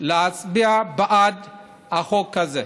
להצביע בעד החוק הזה.